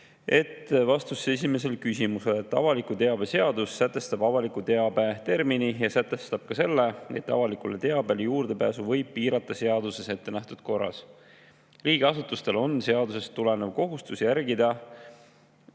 ette. Vastus esimesele küsimusele. Avaliku teabe seadus sätestab avaliku teabe termini ja sätestab ka selle, et avalikule teabele juurdepääsu võib piirata seaduses ettenähtud korras. Riigiasutustel on seadusest tulenevat kohustuslik järgida.